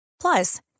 Plus